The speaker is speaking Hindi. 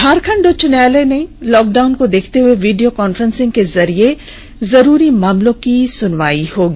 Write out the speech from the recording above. झारखंड उच्च न्यायालय में लॉकडाउन के देखते हुए वीडियो कॉन्फ्रेंसिंग के जरिए जरूरी मामलों की सुनवाई होगी